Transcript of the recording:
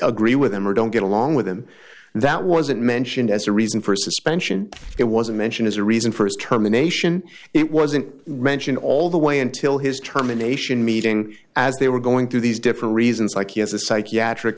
agree with him or don't get along with him and that wasn't mentioned as a reason for suspension it wasn't mentioned as a reason for his term the nation it wasn't mentioned all the way until his terminations meeting as they were going through these different reasons like he has a psychiatric